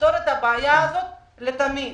ונפתור את הבעיה הזאת לתמיד,